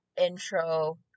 intro